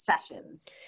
Sessions